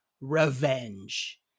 Revenge